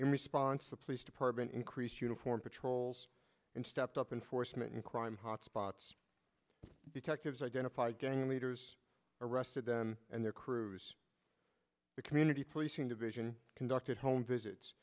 in response the police department increased uniformed patrols and stepped up enforcement in crime hotspots because his identify gang leaders arrested them and their crews the community policing division conducted home visits